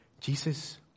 Jesus